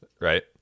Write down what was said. right